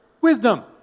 wisdom